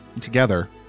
together